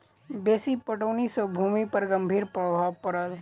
बेसी पटौनी सॅ भूमि पर गंभीर प्रभाव पड़ल